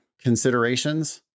considerations